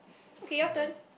okay your turn